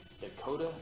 Dakota